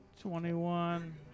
Twenty-one